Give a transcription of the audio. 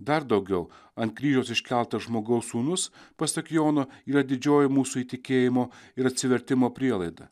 dar daugiau ant kryžiaus iškeltas žmogaus sūnus pasak jono yra didžioji mūsų įtikėjimo ir atsivertimo prielaida